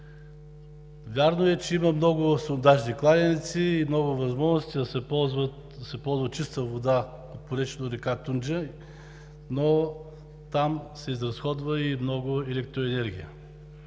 Вярно е, че има много сондажни кладенци, много възможности да се ползва чиста вода по поречието на река Тунджа, но там се изразходва и много електроенергия.